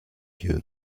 you